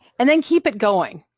and then keep it going,